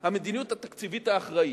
המדיניות התקציבית האחראית,